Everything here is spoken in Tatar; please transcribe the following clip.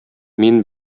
мин